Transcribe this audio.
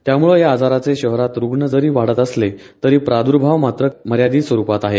त्यामुळे या आजाराचे शहरात रूग्ण जरी वाढत असले तरी प्रादर्भाव मात्र मर्यादित स्वरूपात आहे